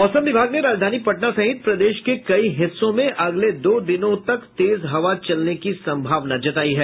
मौसम विभाग ने राजधानी पटना सहित प्रदेश के कई हिस्सों में अगले दो दिनों तक तेज हवा चलने की संभावना जतायी है